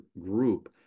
group